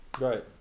Right